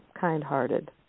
kind-hearted